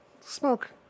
Smoke